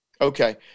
Okay